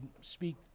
speak